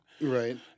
Right